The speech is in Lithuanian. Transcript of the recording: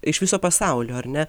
iš viso pasaulio ar ne